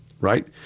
right